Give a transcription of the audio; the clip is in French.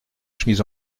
chemises